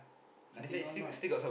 nothing on not